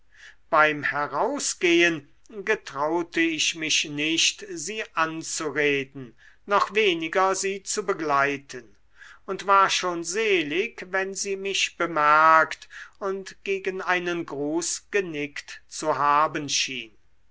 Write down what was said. beim herausgehen getraute ich mich nicht sie anzureden noch weniger sie zu begleiten und war schon selig wenn sie mich bemerkt und gegen einen gruß genickt zu haben schien